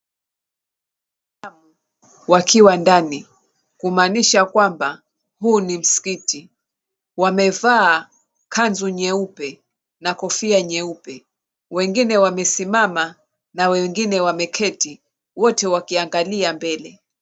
Wakiwa ndani, kumaanisha kwamba huu ni msikiti, wamevaa kanzu nyeupe na kofia nyeupe. Wengine wamesimama na wengine wameketi, wote wakiangalia mbele.